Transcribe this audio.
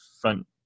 front